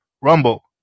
Rumble